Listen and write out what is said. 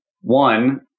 one